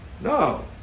No